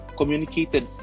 communicated